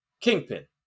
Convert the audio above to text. Kingpin